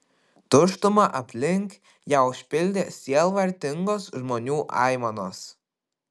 tuštumą aplink ją užpildė sielvartingos žmonių aimanos